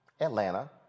Atlanta